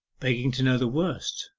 begging to know the worst,